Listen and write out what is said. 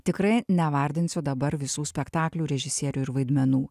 tikrai nevardinsiu dabar visų spektaklių režisierių ir vaidmenų